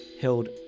held